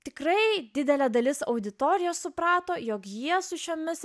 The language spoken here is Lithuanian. tikrai didelė dalis auditorijos suprato jog jie su šiomis